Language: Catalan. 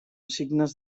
signes